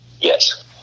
yes